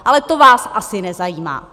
Ale to vás asi nezajímá!